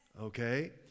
okay